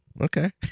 Okay